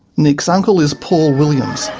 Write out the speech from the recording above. nick's uncle is paul williams.